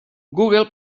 google